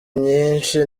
nyinshi